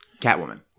Catwoman